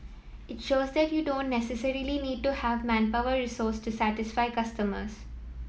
it shows that you don't necessarily need to have manpower resource to satisfy customers